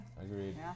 Agreed